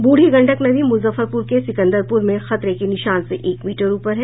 बूढ़ी गंडक नदी मुजफ्फरपुर के सिकंदरपुर में खतरे के निशान से एक मीटर ऊपर है